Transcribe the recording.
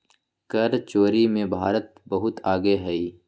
कर चोरी में भारत बहुत आगे हई